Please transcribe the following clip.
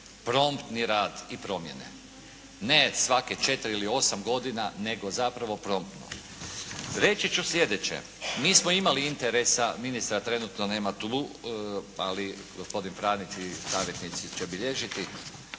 promptni rad i promjene. Ne svake 4 ili 8 godina, nego zapravo promptno. Reći ću slijedeće. Mi smo imali interesa, ministra trenutno nema tu, ali gospodin Franić i savjetnici će bilježiti,